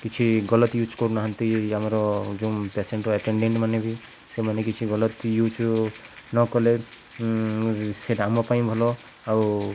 କିଛି ଗଲତ ୟୁଜ୍ କରୁନାହାନ୍ତି ଆମର ଯୋଉଁ ପେସେଣ୍ଟରୁ ଆଟେଣ୍ଡେଣ୍ଟମାନେ ବି ସେମାନେ କିଛି ଗଲତ ୟୁଜ ନକଲେ ସେଇଟା ଆମ ପାଇଁ ଭଲ ଆଉ